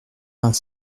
vingt